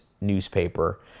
newspaper